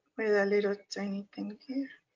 with a little tiny thing here